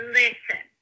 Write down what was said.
listen